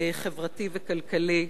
חברתי וכלכלי,